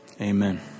Amen